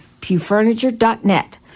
pewfurniture.net